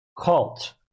cult